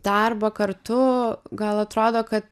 darbą kartu gal atrodo kad